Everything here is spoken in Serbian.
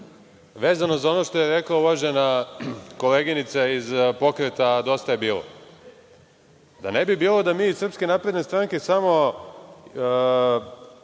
vezano za ono što je rekla uvažena koleginica iz Pokreta dosta je bilo. Da ne bi bilo da mi iz Srpske napredne stranke samo